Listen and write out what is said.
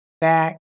back